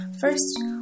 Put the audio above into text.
First